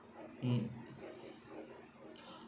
mm